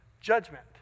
judgment